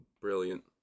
brilliant